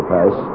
Pass